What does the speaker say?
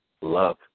love